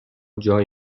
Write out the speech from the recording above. جای